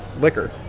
liquor